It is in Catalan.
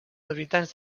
habitants